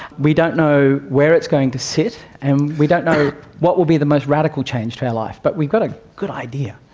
we don't know where it's going to sit and we don't know what will be the most radical change to our life, but we've got a good idea.